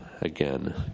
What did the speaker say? again